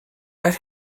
let